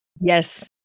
Yes